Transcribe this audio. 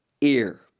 ear